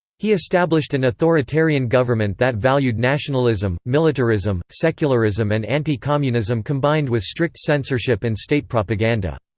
he established an authoritarian government that valued nationalism, militarism, secularism and anti-communism combined with strict censorship and state propaganda.